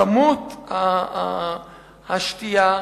כמות השתייה,